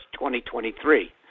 2023